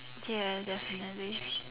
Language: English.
ya definitely